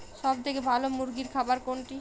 সবথেকে ভালো মুরগির খাবার কোনটি?